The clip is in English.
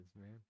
man